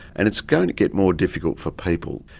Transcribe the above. and it's going to get more difficult for people.